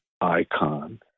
icon